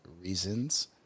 reasons